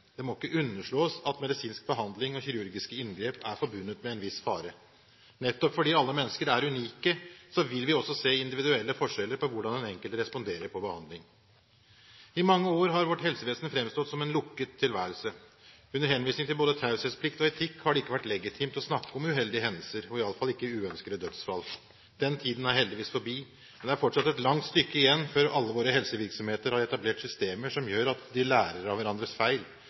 Det må ikke underslås at medisinsk behandling og kirurgiske inngrep er forbundet med en viss fare. Nettopp fordi alle mennesker er unike, vil vi også se individuelle forskjeller på hvordan den enkelte responderer på behandling. I mange år har vårt helsevesen framstått som en lukket tilværelse. Under henvisning til både taushetsplikt og etikk har det ikke vært legitimt å snakke om uheldige hendelser og i alle fall ikke uønskede dødsfall. Den tiden er heldigvis forbi, men det er fortsatt et langt stykke igjen før alle våre helsevirksomheter har etablert systemer som gjør at man lærer av hverandres feil